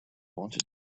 wanted